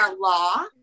law